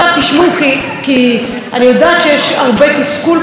אני יודעת שיש הרבה תסכול בצד הזה,